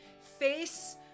Face